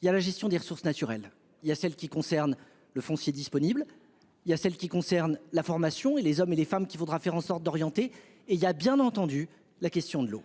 Il y a la gestion des ressources naturelles. Il y a celles qui concernent le foncier disponible. Il y a celles qui concernent la formation et les hommes et les femmes qu'il faudra faire en sorte d'orienter et il y a bien entendu la question de l'eau.